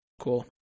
Cool